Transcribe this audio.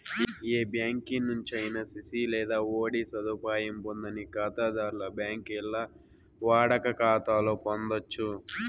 ఏ బ్యాంకి నుంచైనా సిసి లేదా ఓడీ సదుపాయం పొందని కాతాధర్లు బాంకీల్ల వాడుక కాతాలు పొందచ్చు